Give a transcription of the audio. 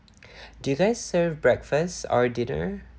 did they serve breakfast or dinner